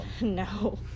No